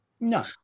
no